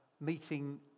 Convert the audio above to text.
meeting